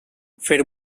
feu